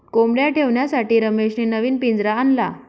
कोंबडया ठेवण्यासाठी रमेशने नवीन पिंजरा आणला